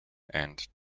and